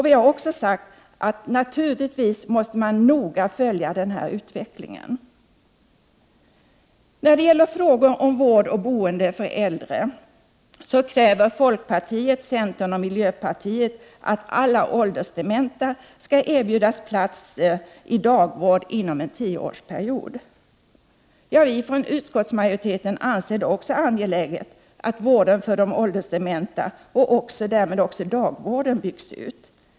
Vi har också sagt att man måste noga följa den här utvecklingen. När det gäller frågor om vård och boende för äldre kräver folkpartiet, centern och miljöpartiet att alla åldersdementa skall erbjudas plats i dagvård inom en tioårsperiod. Utskottet anser det också angeläget att vården för de åldersdementa och därvid även dagvården byggs ut.